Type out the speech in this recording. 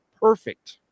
Perfect